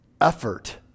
effort